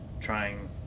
trying